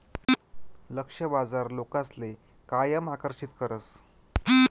लक्ष्य बाजार लोकसले कायम आकर्षित करस